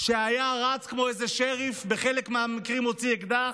היה רץ כמו איזה שריף, בחלק מהמקרים הוציא אקדח,